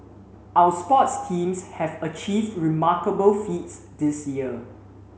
our sports teams have achieved remarkable feats this year